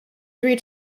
three